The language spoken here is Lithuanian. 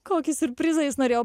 kokį siurprizą jis norėjo